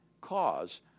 cause